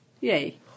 Yay